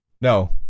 No